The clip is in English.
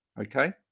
okay